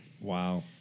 Wow